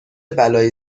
بلایی